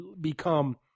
become